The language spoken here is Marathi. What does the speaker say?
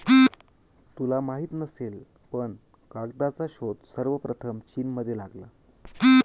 तुला माहित नसेल पण कागदाचा शोध सर्वप्रथम चीनमध्ये लागला